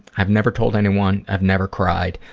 i've never told anyone. i've never cried.